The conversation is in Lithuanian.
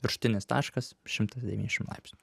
viršutinis taškas šimtas devyniasdešim laipsnių